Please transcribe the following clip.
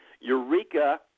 Eureka